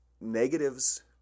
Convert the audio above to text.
negatives